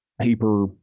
paper